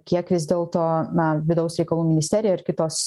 kiek vis dėlto na vidaus reikalų ministerija ir kitos